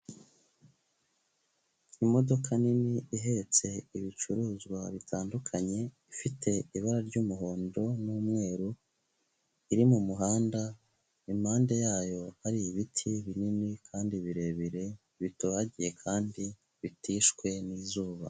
Imodoka nini ihetse ibicuruzwa bitandukanye, ifite ibara ry'umuhondo n'umweru iri mu muhanda, impande yayo hari ibiti binini kandi birebire bitohagiye kandi bitishywe n'izuba.